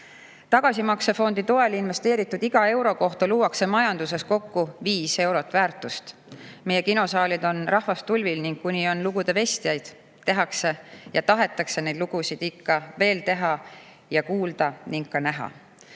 Tagasimaksefondi toel investeeritud iga euro kohta luuakse majanduses kokku 5 eurot väärtust. Meie kinosaalid on rahvast tulvil ning kuni on lugude vestjaid, tehakse neid lugusid ja tahetakse ikka veel teha ja kuulda ning ka näha. Kuid